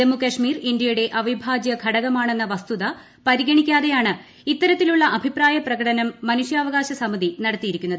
ജമ്മുകശ്മീർ ഇന്ത്യയുടെ അവിഭാജൃഘടകമാണെന്ന വസ്തുത പരിഗണിക്കാതെയാണ് ഇത്തരത്തിലുള്ള അഭിപ്രായ പ്രകടനം മനുഷ്യാവകാശ സമിതി നടത്തിയിരിക്കുന്നത്